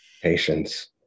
Patience